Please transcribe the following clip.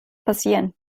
passieren